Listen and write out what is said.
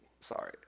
Sorry